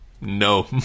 No